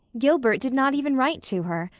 gilbert did not even write to her,